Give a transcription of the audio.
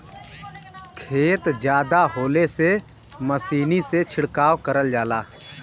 खेत जादा होले से मसीनी से छिड़काव करल जाला